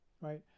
right